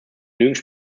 genügend